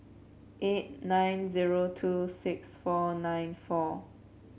eight nine zero two six four nine four